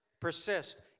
persist